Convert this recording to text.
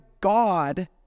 God